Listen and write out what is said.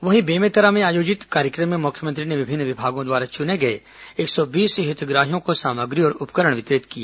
वहीं बेमेतरा में आयोजित कार्यक्रम में मुख्यमंत्री ने विभिन्न विभागों द्वारा चुने गए एक सौ बीस हितग्राहियों को सामाग्री और उपकरण वितरित किए